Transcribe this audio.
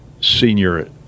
senior